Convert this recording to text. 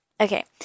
Okay